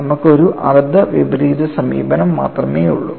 നമുക്ക് ഒരു അർദ്ധ വിപരീത സമീപനം മാത്രമേയുള്ളൂ